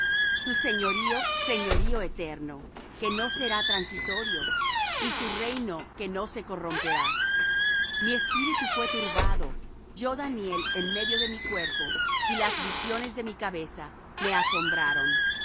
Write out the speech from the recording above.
su señorío señorío eterno que no será transitorio y su reino que no se corromperá mi espíritu fué turbado yo daniel en medio de mi cuerpo y las visiones de mi cabeza me asombraron